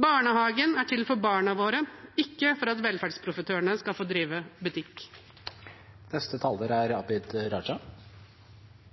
Barnehagen er til for barna våre, ikke for at velferdsprofitørene skal få drive butikk.